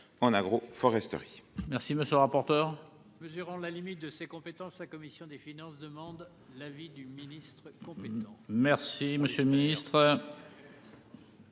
en agro-foresterie.